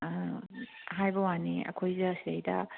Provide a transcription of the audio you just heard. ꯍꯥꯏꯕꯩꯋꯥꯅꯤ ꯑꯩꯈꯣꯏꯗ ꯁꯤꯗꯩꯗ